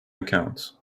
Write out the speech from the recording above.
accounts